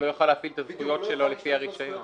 לא יוכל להפעיל את הזכויות שלו לפי הרישיון,